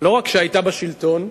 לא רק כשהיתה בשלטון,